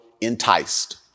enticed